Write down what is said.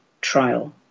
trial